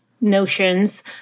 notions